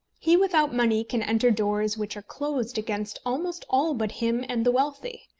he without money can enter doors which are closed against almost all but him and the wealthy.